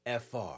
FR